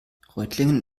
reutlingen